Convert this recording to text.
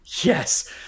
Yes